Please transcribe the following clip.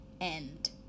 end